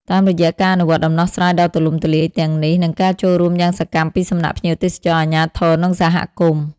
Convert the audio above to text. តាមរយៈការអនុវត្តដំណោះស្រាយដ៏ទូលំទូលាយទាំងនេះ និងការចូលរួមយ៉ាងសកម្មពីសំណាក់ភ្ញៀវទេសចរ អាជ្ញាធរ និងសហគមន៍។